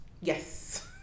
Yes